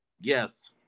Yes